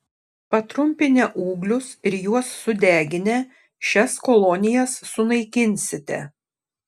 patrumpinę ūglius ir juos sudeginę šias kolonijas sunaikinsite